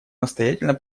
настоятельно